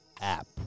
app